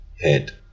head